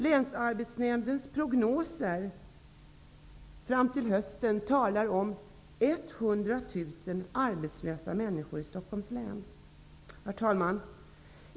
Länsarbetsnämndens prognoser fram till hösten visar på 100 000 arbetslösa människor i Stockholms län. Herr talman!